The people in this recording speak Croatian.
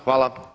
Hvala.